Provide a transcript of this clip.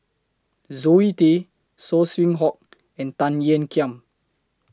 Zoe Tay Saw Swee Hock and Tan Ean Kiam